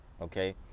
okay